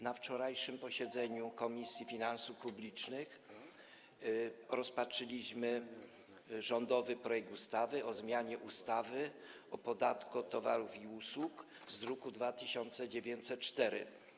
Na wczorajszym posiedzeniu Komisji Finansów Publicznych rozpatrzyliśmy rządowy projekt ustawy o zmianie ustawy o podatku od towarów i usług, druk nr 2904.